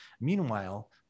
Meanwhile